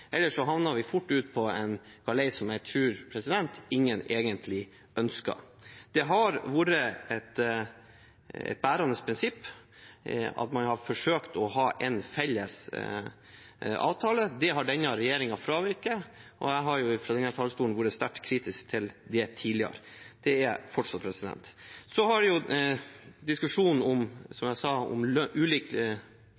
havner vi fort ut på en galei som jeg tror ingen egentlig ønsker. Det har vært et bærende prinsipp at man har forsøkt å ha en felles avtale. Det har denne regjeringen fraveket. Jeg har fra denne talerstolen vært sterkt kritisk til dette tidligere, og det er jeg fortsatt. Som jeg sa, har jo diskusjonen om